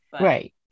Right